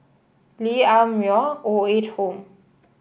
Lee Ah Mooi Old Age Home